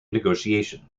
negotiation